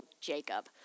Jacob